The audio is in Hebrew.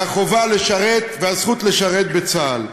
והחובה לשרת, הזכות לשרת בצה"ל.